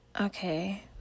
okay